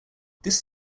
this